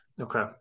Okay